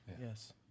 yes